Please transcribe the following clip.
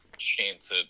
Chance